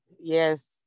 yes